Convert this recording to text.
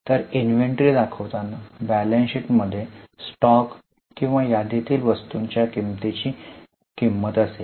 तर इन्व्हेंटरी दाखवताना बैलन्स शीटमध्ये स्टॉक किंवा यादीतील वस्तूंच्या किंमतीची किंमत असेल